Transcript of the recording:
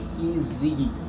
easy